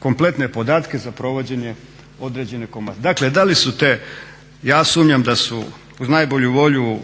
kompletne podatke za provođenje određene. Dakle, da li su te, ja sumnjam da su uz najbolju volju